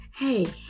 Hey